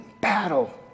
battle